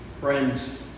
Friends